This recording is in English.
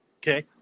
Okay